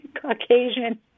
Caucasian